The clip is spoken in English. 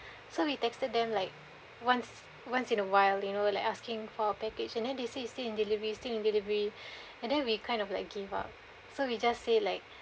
so we texted them like once once in a while you know like asking for package and then they say it's still in delivery still in delivery and then we kind of like give up so we just say like